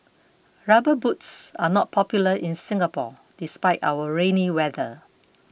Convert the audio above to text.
rubber boots are not popular in Singapore despite our rainy weather